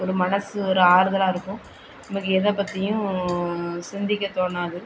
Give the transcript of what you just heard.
ஒரு மனசு ஒரு ஆறுதலாக இருக்கும் நமக்கு எதை பற்றியும் சிந்திக்க தோணாது